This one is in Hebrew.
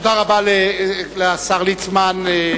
תודה רבה לשר ליצמן.